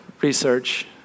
research